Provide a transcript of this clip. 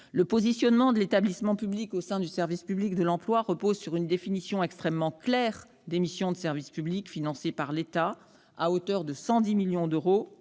Le positionnement de l'établissement public au sein du service public de l'emploi repose sur une définition extrêmement claire des missions de service public, financées par l'État à hauteur de 110 millions d'euros